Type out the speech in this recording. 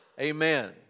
Amen